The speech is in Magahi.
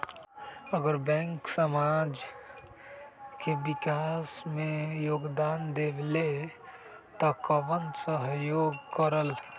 अगर बैंक समाज के विकास मे योगदान देबले त कबन सहयोग करल?